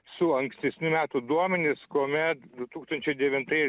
su ankstesnių metų duomenis kuomet du tūkstančiai devintais